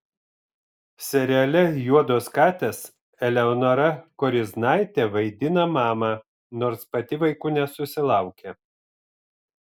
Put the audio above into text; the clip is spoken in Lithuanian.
seriale juodos katės eleonora koriznaitė vaidina mamą nors pati vaikų nesusilaukė